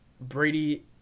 Brady